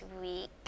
week